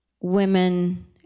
women